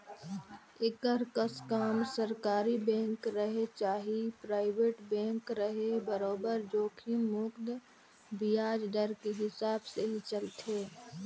एकर कस काम सरकारी बेंक रहें चाहे परइबेट बेंक रहे बरोबर जोखिम मुक्त बियाज दर के हिसाब से ही चलथे